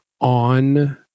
on